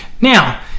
Now